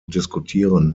diskutieren